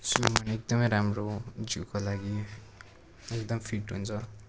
swimming एकदमै राम्रो जिउको लागि एकदम फिट हुन्छ